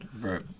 Right